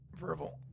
Verbal